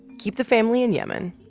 keep the family in yemen.